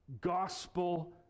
gospel